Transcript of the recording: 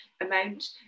amount